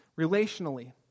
relationally